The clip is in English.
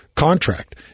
contract